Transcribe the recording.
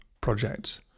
projects